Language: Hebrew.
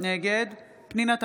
נגד פנינה תמנו,